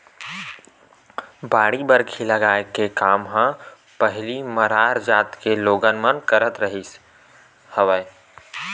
बाड़ी बखरी लगाए के काम ह पहिली मरार जात के लोगन मन के ही राहत रिहिस हवय